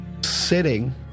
sitting